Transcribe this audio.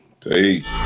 Peace